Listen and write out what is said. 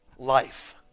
Life